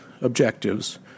objectives